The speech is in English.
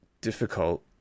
difficult